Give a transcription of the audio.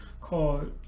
called